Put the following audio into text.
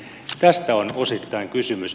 tästä on osittain kysymys